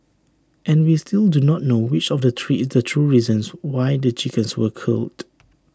and we still do not know which of the three is the true reasons why the chickens were culled